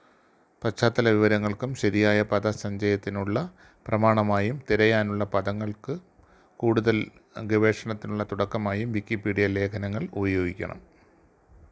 പശ്ചാത്തല വിവരങ്ങൾക്കും ശരിയായ പദസഞ്ചയത്തിനുള്ള പ്രമാണമായും തിരയാനുള്ള പദങ്ങൾക്ക് കൂടുതൽ ഗവേഷണത്തിനുള്ള തുടക്കമായും വിക്കിപീഡിയ ലേഖനങ്ങൾ ഉപയോഗിക്കണം